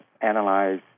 analyze